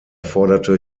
forderte